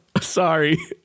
Sorry